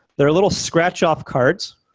there are little scratch off cards.